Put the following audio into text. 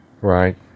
right